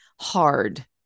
hard